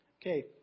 Okay